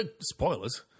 spoilers